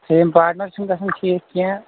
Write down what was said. ترٛیٚیِم پاٹنر چھُنہٕ گژھان ٹھیٖک کیٚنٛہہ